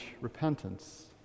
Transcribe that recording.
repentance